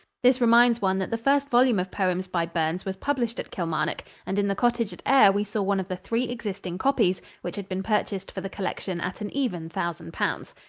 this reminds one that the first volume of poems by burns was published at kilmarnock, and in the cottage at ayr we saw one of the three existing copies, which had been purchased for the collection at an even thousand pounds.